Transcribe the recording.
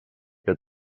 que